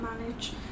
manage